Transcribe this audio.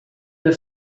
the